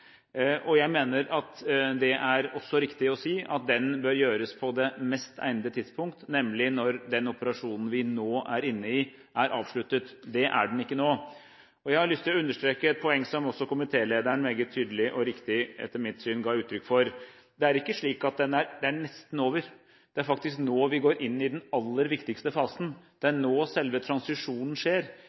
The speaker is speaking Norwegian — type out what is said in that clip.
Afghanistan. Jeg mener det også er riktig å si at evalueringen bør gjøres på det mest egnede tidspunkt, nemlig når den operasjonene vi nå er inne i, er avsluttet. Det er den ikke nå. Jeg har lyst til å understreke et poeng som komitélederen meget tydelig og riktig – etter mitt syn riktig – ga uttrykk for: Det er ikke slik at det nesten er over, det er faktisk nå vi går inn i den aller viktigste fasen. Det er nå selve transisjonen skjer.